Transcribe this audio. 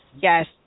Yes